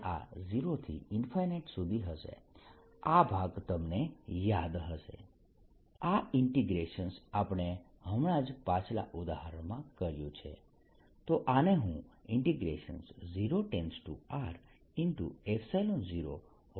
આ ભાગ તમને યાદ હશે આ ઇન્ટીગ્રેશન આપણે હમણાં જ પાછલા ઉદાહરણમાં કર્યું છે